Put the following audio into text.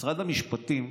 משרד המשפטים,